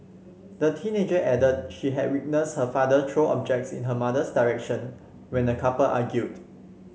the teenager added she had witnessed her father throw objects in her mother's direction when the couple argued